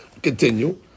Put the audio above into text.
Continue